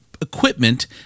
equipment